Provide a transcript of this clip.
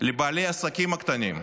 לבעלי העסקים הקטנים?